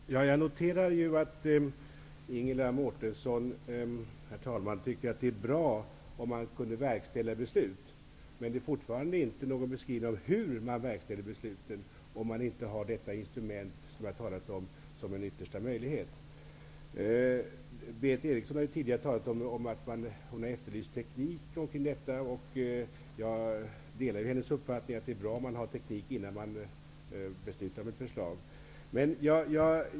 Herr talman! Jag noterar att Ingela Mårtensson tycker att det är bra om man kan verkställa beslut. Men det är fortfarande inte någon beskrivning av hur man verkställer besluten, om man inte har det instrument som jag har talat om som en yttersta möjlighet. Berith Eriksson har tidigare efterlyst teknik i detta avseende. Jag delar hennes uppfattning att det är bra om man har teknik innan man fattar beslut om ett förslag.